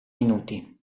minuti